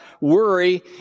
worry